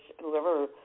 whoever